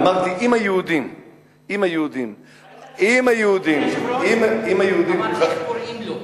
איך, איך קוראים לו?